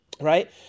right